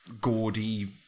gaudy